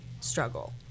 struggle